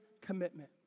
commitment